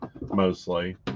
mostly